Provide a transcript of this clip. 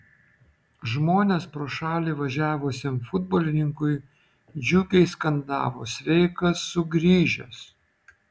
žmonės pro šalį važiavusiam futbolininkui džiugiai skandavo sveikas sugrįžęs